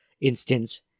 instance